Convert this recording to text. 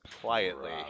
quietly